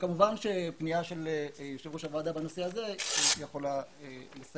כמובן שפנייה של יושב ראש הוועדה בנושא הזה אני מאמין שהיא יכולה לסייע.